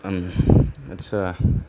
आच्चा